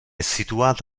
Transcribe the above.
situata